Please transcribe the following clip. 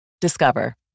Discover